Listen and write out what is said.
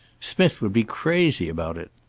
smith would be crazy about it.